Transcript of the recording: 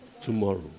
tomorrow